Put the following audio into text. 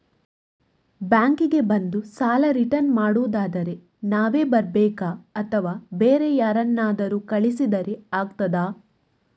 Bank ಗೆ ಬಂದು ಸಾಲ ರಿಟರ್ನ್ ಮಾಡುದಾದ್ರೆ ನಾವೇ ಬರ್ಬೇಕಾ ಅಥವಾ ಬೇರೆ ಯಾರನ್ನಾದ್ರೂ ಕಳಿಸಿದ್ರೆ ಆಗ್ತದಾ?